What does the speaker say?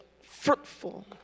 fruitful